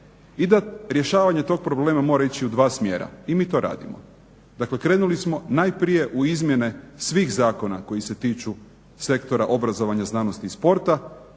I da rješavanje tog problema mora ići u dva smjera. I mi to radimo. Dakle, krenuli smo najprije u izmjene svih zakona koji se tiču sektora obrazovanja, znanosti i sporta